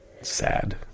Sad